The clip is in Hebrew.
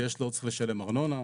שיש לו לשלם ארנונה,